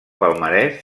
palmarès